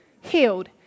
healed